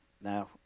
now